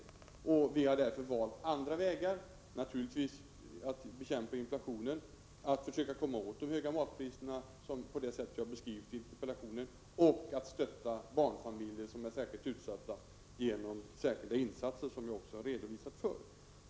Som jag beskrivit i interpellationssvaret har vi därför valt andra vägar — naturligtvis skall vi bekämpa inflationen — för att försöka hindra att matpriserna blir alltför höga. Jag har också redovisat för hur vi genom särskilda insatser försökt stödja barnfamiljer, en grupp som är särskilt utsatt. Herr talman!